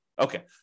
Okay